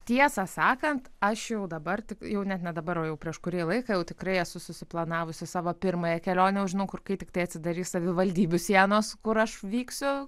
tiesą sakant aš jau dabar jau net ne dabar jau prieš kurį laiką jau tikrai esu susiplanavusi savo pirmąją kelionę jau žinau kur kai tiktai atsidarys savivaldybių sienos kur aš vyksiu